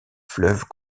fleuve